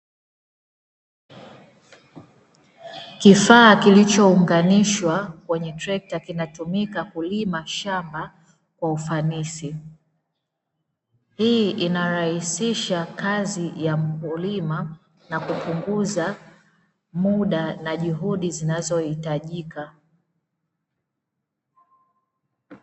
Kifaa kilichounganishwa kwenye trekta kinatumika kulima shamba kwa ufanisi, hii inarahisisha kazi ya mkulima na kupunguza mda na juhudi zinazohitajika.